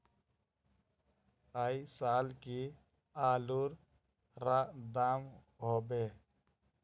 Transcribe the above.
ऐ साल की आलूर र दाम होबे?